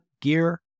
gear